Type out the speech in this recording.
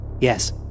Yes